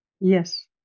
Yes